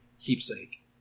keepsake